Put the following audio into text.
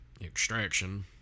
extraction